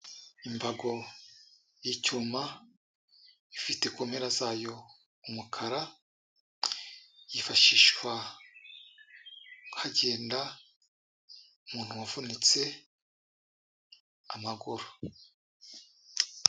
Imbago y'icyuma ifite kumpera zayo umukara, yifashishwa hagenda umuntu wavunitse amaguru.